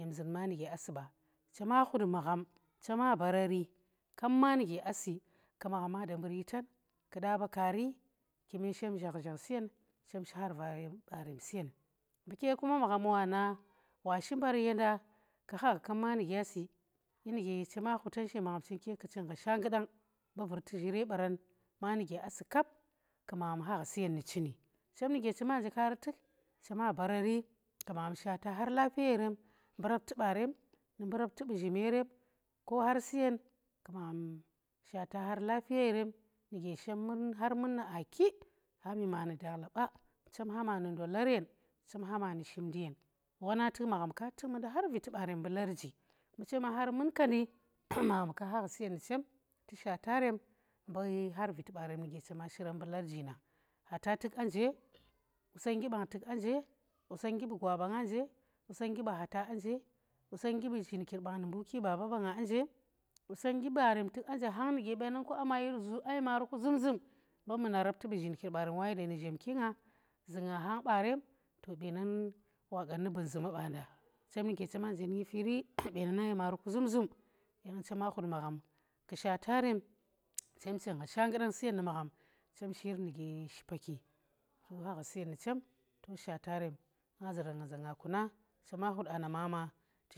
Nyem zun manu gya su ba, chema khut magham chemabarari kap manu ge, asi ku maghama dambur yitan kada ba kaari kume shem zhakh zhakh su yen chem shi har verem barem siyen mbur ke. kuma magham wana wa na wa shi mbar yenda ku kha gha shanggudang mbu vurti zhire baran ma nuge aa si kap ku magham kha gha suyen nu chini, chem nuge chema nje kaari tuk chema barari kum magham shata har lafiye yerem mbu rapti barem rapti bu zhimerem ko khar su yen tu magham vur har lafiye yerem nuge shemmun har mun nu aa ki khanvi me nu dakhla ba, chem ha ma nu ndolar yen chem hama nu shimndi yen wona tuk magham ka tuk mundi harviti barem mbu larji mbu che ma har mun kandi magham ke ha gha siyen ndu chem tu shata rem mbu harviti barem nuge chema shiran mbu larji nang khata tuk aa nje qusongnggi bang tuk aa nje, qusongnggi bu gwa ba nga nje, qusongnggi bu hata aa nje, qusongnggi bu zhin kir bang nu mbuki baba ɓanga barem tuk aa nje hang nuge banan ku ama yir zu, a ye mari ku zumzum mbu muna rapti bu zhirkir barem wa yanda ndike zhamki nga zu nga hang ba rem to benan wa qan nu bun zuma banda chem wa qan nu bun zuma banda chem nuge cama nje nu nufiri, bena na nje ye mari ku zumzum chema khut magham ku shata rem chem ching gha shanggudang siyen nu magham chem shi yir nuge shipa ki, chem kha gha siyen ndu chem to shata rem nga zuran nga za nga kuna, nga khut anna mama.